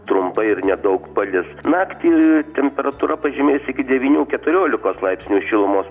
trumpai ir nedaug palis naktį temperatūra pažemės iki devynių keturiolikos laipsnių šilumos